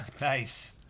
Nice